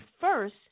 first